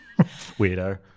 Weirdo